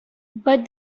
but